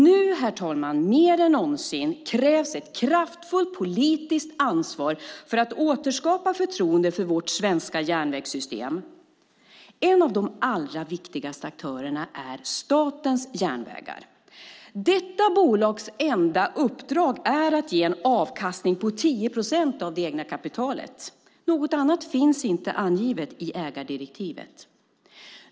Nu, herr talman, krävs mer än någonsin ett kraftfullt politiskt ansvar för att återskapa förtroendet för vårt svenska järnvägssystem. En av de allra viktigaste aktörerna är statens järnvägar. Men detta bolags enda uppdrag är att ge en avkastning på 10 procent av det egna kapitalet! Något annat finns inte angivet i ägardirektivet.